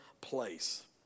place